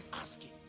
asking